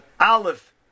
Aleph